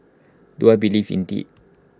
do I believe in D